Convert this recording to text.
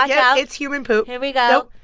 ah yeah out it's human poop here we go.